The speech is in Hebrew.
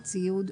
הציוד,